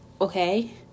okay